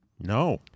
No